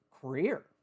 career